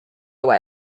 way